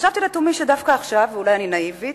חשבתי לתומי, ואולי אני נאיבית,